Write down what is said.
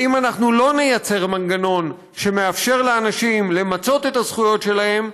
ואם אנחנו לא נייצר מנגנון שמאפשר לאנשים למצות את הזכויות שלהם,